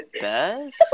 best